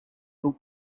two